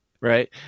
Right